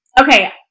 okay